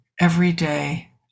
everyday